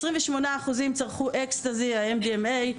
28% צרכו אקסטזי MDMA,